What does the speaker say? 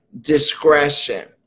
discretion